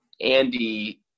andy